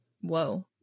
whoa